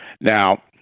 Now